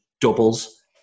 doubles